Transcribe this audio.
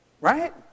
right